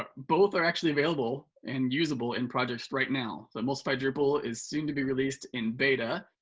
ah both are actually available and usable in projects right now. so emulsify drupal is soon to be released in beta.